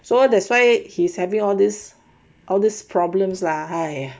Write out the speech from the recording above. so that's why he's having all these all these problems lah !aiya!